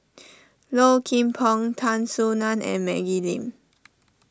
Low Kim Pong Tan Soo Nan and Maggie Lim